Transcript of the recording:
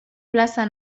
plaza